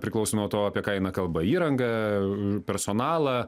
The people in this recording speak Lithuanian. priklauso nuo to apie ką eina kalba įrangą personalą